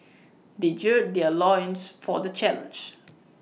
they gird their loins for the challenge